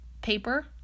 paper